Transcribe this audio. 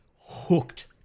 hooked